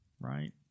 right